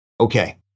Okay